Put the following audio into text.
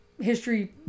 history